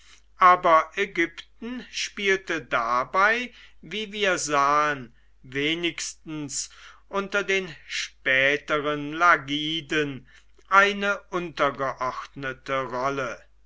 aber ägypten spielte dabei wie wir sahen wenigstens unter den späteren lagiden eine untergeordnete rolle